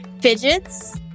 fidgets